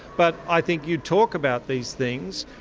but i think you talk about these things.